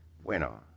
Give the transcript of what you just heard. Bueno